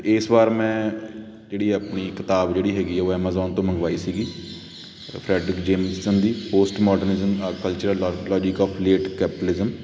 ਇਸ ਵਾਰ ਮੈਂ ਜਿਹੜੀ ਆਪਣੀ ਕਿਤਾਬ ਜਿਹੜੀ ਹੈਗੀ ਆ ਉਹ ਐਮਜ਼ੋਨ ਤੋਂ ਮੰਗਵਾਈ ਸੀਗੀ ਫਰੈੱਡ ਜੇਮਸਨ ਦੀ postmodernism cultural logic of late capitalism